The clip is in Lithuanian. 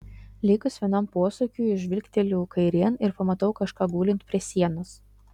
likus vienam posūkiui žvilgteliu kairėn ir pamatau kažką gulint prie sienos